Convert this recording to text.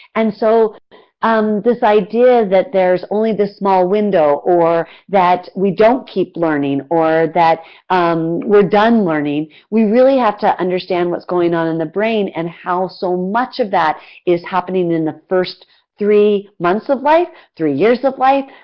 and so um this idea that there is only this small window or that we don't keep learning or that um we are done learning, we really have to understand what is going on in the brain and how so much of that is happening in the first three months of life, three years of life,